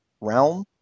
realm